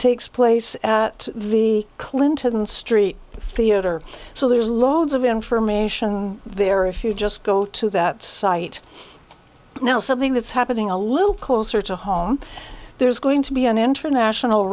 takes place at the clinton street theater so there's loads of information there if you just go to that site now something that's happening a little closer to home there's going to be an international